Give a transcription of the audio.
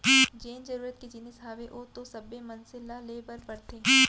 जेन जरुरत के जिनिस हावय ओ तो सब्बे मनसे ल ले बर परथे